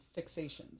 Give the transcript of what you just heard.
Fixations